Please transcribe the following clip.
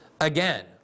again